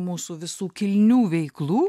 mūsų visų kilnių veiklų